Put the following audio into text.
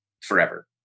forever